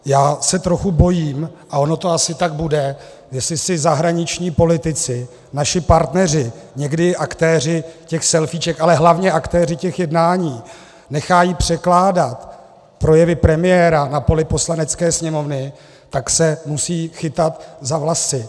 Já se trochu bojím, a ono to asi tak bude, jestli si zahraniční politici, naši partneři, někdy i aktéři selfíček, ale hlavně aktéři těch jednání nechají překládat projevy premiéra na poli Poslanecké sněmovny, tak se musí chytat za vlasy.